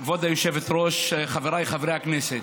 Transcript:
כבוד היושבת-ראש, חבריי חברי הכנסת,